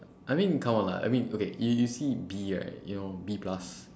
I mean come on lah I mean okay you see B right you know B plus